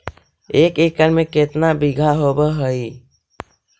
एक एकड़ में केतना बिघा होब हइ?